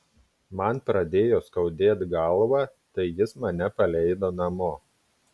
man pradėjo skaudėt galvą tai jis mane paleido namo